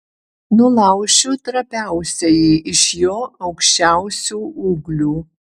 nulaušiu trapiausiąjį iš jo aukščiausių ūglių